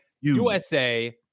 USA